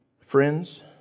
Friends